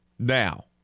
Now